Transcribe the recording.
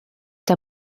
der